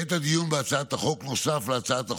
בעת הדיון בהצעת החוק, נוסף להצעת החוק,